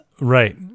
right